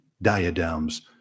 diadems